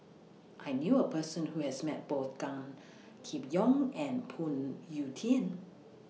I knew A Person Who has Met Both Gan Kim Yong and Phoon Yew Tien